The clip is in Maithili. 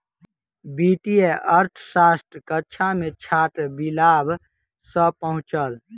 वित्तीय अर्थशास्त्रक कक्षा मे छात्र विलाभ सॅ पहुँचल